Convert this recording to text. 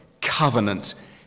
covenant